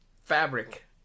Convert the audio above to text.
fabric